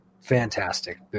Fantastic